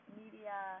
media